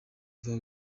kuva